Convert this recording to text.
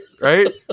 Right